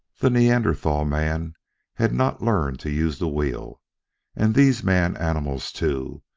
the neanderthal man had not learned to use the wheel and these man-animals too,